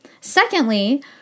Secondly